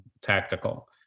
tactical